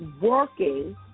working